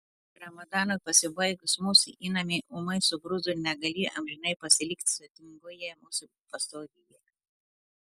ramadanui pasibaigus mūsų įnamiai ūmai subruzdo negalį amžinai pasilikti svetingoje mūsų pastogėje